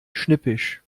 schnippisch